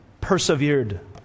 persevered